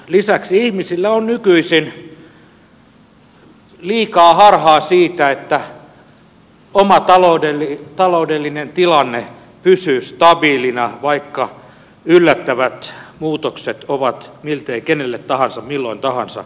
lisäksi ihmisillä on nykyisin liikaa harhaa siitä että oma taloudellinen tilanne pysyy stabiilina vaikka yllättävät muutokset ovat miltei kenelle tahansa milloin tahansa mahdollisia